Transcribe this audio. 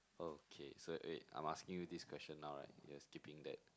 okay so wait I'm asking you this question now right we are skipping that